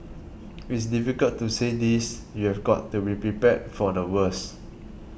it's difficult to say this you've got to be prepared for the worst